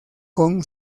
con